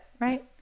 Right